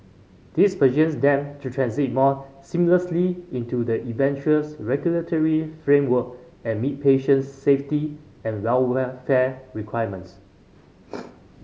this them to transit more seamlessly into the eventual regulatory framework and meet patient safety and welfare requirements